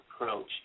approach